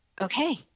okay